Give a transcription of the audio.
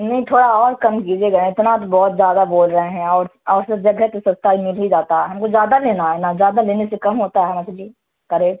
نہیں تھوڑا اور کم کیجیے گا اتنا تو بہت زیادہ بول رہے ہیں اور اور سب جگہ تو سستا ہی مل ہی جاتا ہم کو زیادہ لینا ہے نا زیادہ لینے سے کم ہوتا ہے مچھلی کا ریٹ